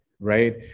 right